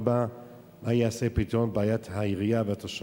4. מה ייעשה לפתרון בעיית העירייה והתושבים?